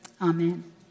Amen